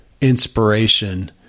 inspiration